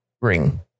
ring